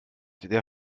der